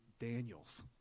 Daniels